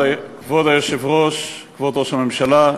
כבוד היושב-ראש, כבוד ראש הממשלה,